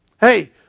Hey